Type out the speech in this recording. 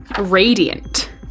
Radiant